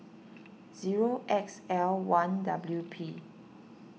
zero X L one W P